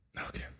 Okay